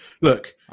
Look